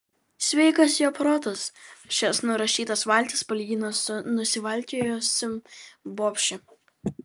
sveikas jo protas šias nurašytas valtis palygino su nusivalkiojusiom bobšėm